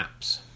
apps